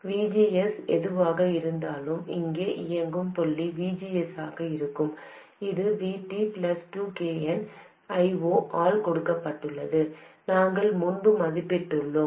VGS எதுவாக இருந்தாலும் இங்கே இயங்கும் புள்ளி VGS ஆக இருக்கும் இது Vt2kn I0 ஆல் கொடுக்கப்பட்டது நாங்கள் முன்பு மதிப்பிட்டுள்ளோம்